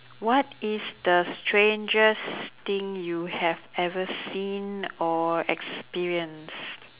what is the strangest thing you have ever seen or experienced